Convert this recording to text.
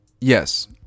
yes